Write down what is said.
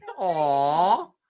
Aww